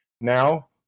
now